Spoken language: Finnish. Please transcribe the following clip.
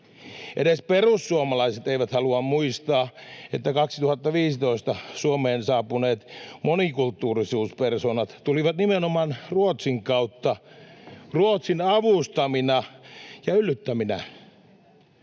Edes perussuomalaiset eivät halua muistaa, että 2015 Suomeen saapuneet monikulttuurisuuspersoonat tulivat nimenomaan Ruotsin kautta, [Välihuutoja